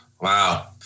Wow